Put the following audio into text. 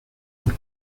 por